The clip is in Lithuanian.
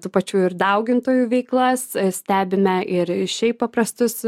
tų pačių ir daugintojų veiklas stebime ir šiaip paprastus